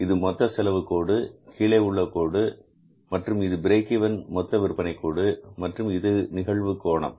இது மொத்த செலவு கோடு கீழே உள்ள கோடு மற்றும் இது பிரேக் ஈவன் மொத்த விற்பனை கோடு மற்றும் இது நிகழ்வு கோணம்